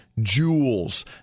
Jewels